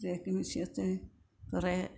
തേക്ക് മ്യൂസിയത്തിൽ കുറേ